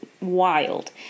wild